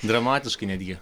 dramatiška netgi